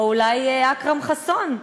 או אולי אכרם חסון.